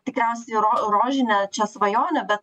tikriausiai ro rožinę svajonę bet